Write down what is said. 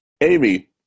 Amy